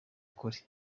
ukuri